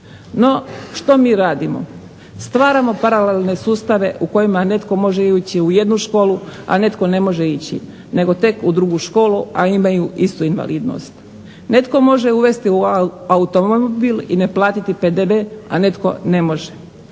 No što mi radimo, stvaramo paralelne sustave u kojima netko može ići u jednu školu, a netko ne može ići nego tek u drugu školu, a imaju istu invalidnost. Netko može uvesti automobil i ne platiti PDV, a netko ne može.